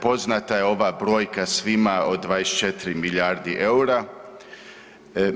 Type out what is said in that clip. Poznata je ova brojka svima od 24 milijardi EUR-a.